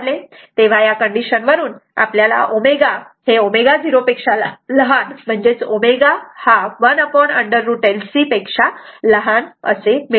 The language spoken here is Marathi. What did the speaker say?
तेव्हा या कंडीशन वरून आपल्याला ω ω0 म्हणजेच ω 1√ L C असे मिळते